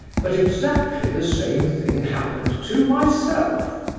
but exactly the same thing happened to myself!